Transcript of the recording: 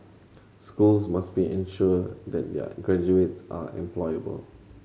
schools must be ensure that their graduates are employable